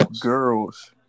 girls